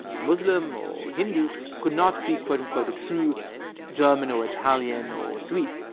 muslim or hindu could not be quote-unquote a true german or italian or swede.